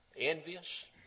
envious